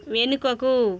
వెనుకకు